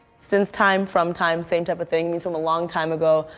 since time, from time, same type of thing. means from a long time ago,